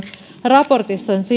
raportissa